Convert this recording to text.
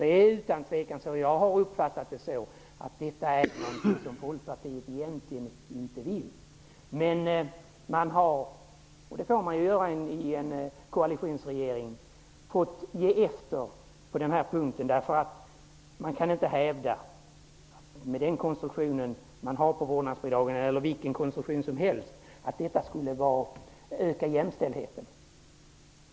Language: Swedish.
Det är utan tvivel så -- jag har uppfattat det så -- att detta är något som Folkpartiet egentligen inte vill, men man har, som man ju får lov att göra i en koalitionsregering, fått ge efter på den punkten. Med denna eller vilken annan konstruktion som helst på vårdnadsbidraget kan man nämligen inte hävda att det skulle öka jämställdheten.